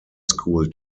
school